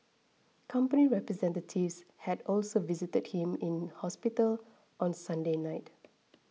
company representatives had also visited him in hospital on Sunday night